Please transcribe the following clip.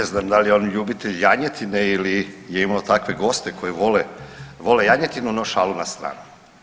Ne znam da li je on ljubitelj janjetine ili je imao takve goste koji vole, vole janjetinu, no šalu na stranu.